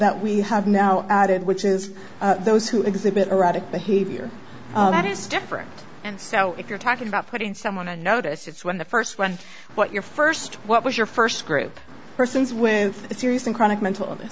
that we have now added which is those who exhibit erratic behavior that is different and so if you're talking about putting someone on notice it's when the first when what your first what was your first group persons with a serious and chronic mental illness